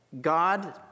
God